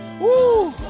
Woo